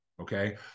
Okay